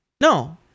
no